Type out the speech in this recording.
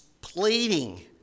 pleading